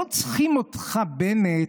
לא צריכים אותך, בנט,